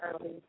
early